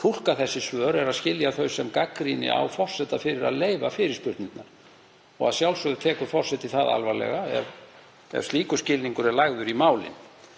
túlka þessi svör er að skilja þau sem gagnrýni á forseta fyrir að leyfa fyrirspurnirnar og að sjálfsögðu tekur forseti það alvarlega ef slíkur skilningur er lagður í málin.